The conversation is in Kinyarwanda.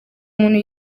umuntu